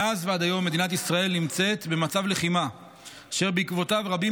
מאז ועד היום מדינת ישראל נמצאת במצב לחימה אשר בעקבותיו רבים